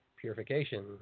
purification